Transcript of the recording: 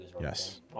Yes